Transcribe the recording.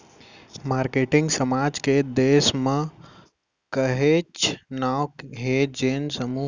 marketing समाज के देस म काहेच नांव हे जेन समूह मन के माधियम ले रंग रंग के कला कृति करत हे